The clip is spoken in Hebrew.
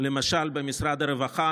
למשל במשרד הרווחה,